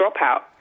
dropout